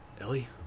Ellie